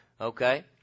Okay